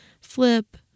Flip